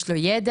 יש לו ידע,